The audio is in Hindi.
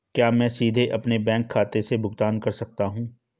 क्या मैं सीधे अपने बैंक खाते से भुगतान कर सकता हूं?